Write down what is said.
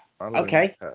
Okay